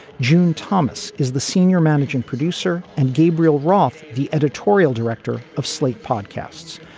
june thomas is the senior managing producer and gabriel roth, the editorial director of slate podcasts.